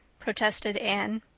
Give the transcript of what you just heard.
protested anne.